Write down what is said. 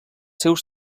seus